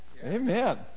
amen